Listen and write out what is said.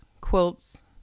quilts